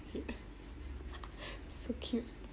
~cket so cute